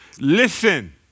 listen